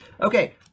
Okay